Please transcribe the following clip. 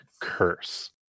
curse